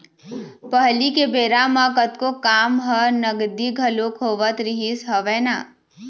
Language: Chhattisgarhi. पहिली के बेरा म कतको काम ह नगदी घलोक होवत रिहिस हवय ना